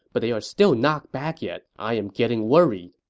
but they are still not back yet. i am getting worried.